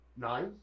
Nine